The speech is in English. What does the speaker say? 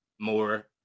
more